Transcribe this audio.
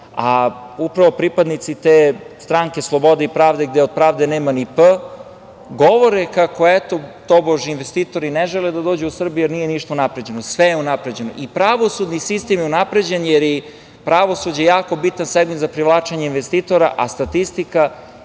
a upravo pripadnici te Stranke slobode i pravde, gde od pravde nema ni P, govore kako, eto, tobož, investitori ne žele da dođu u Srbiju jer nije ništa unapređeno. Sve je unapređeno i pravosudni sistem je unapređen, jer je pravosuđe jako bitno za privlačenje investitora, a statistika